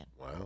Wow